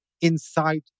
inside